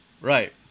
Right